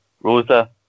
Rosa